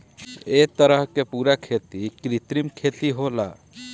ए तरह के पूरा खेती कृत्रिम खेती होला